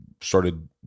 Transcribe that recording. started